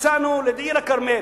פיצלנו את עיר-הכרמל.